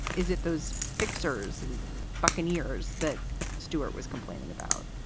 is it those fixers and buccaneers that stewart was complaining about?